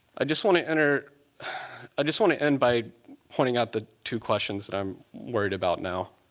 i just want to enter i just want to end by pointing out the two questions that i'm worried about now.